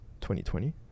2020